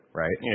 right